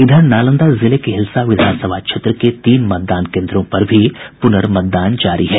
इधर नालंदा जिले के हिलसा विधानसभा क्षेत्र के तीन मतदान केन्द्रों पर भी पुनर्मतदान जारी है